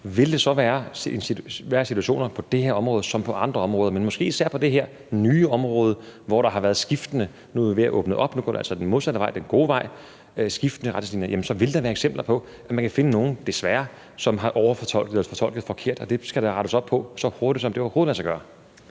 Men der vil på det her område som på andre områder, men måske især på det her nye område, hvor der har været skiftende retningslinjer – nu er vi ved at åbne op; nu går det altså den modsatte vej, den gode vej – desværre kunne findes eksempler på, at nogle har overfortolket eller fortolket forkert, og det skal der rettes op på så hurtigt, som det overhovedet lader sig gøre.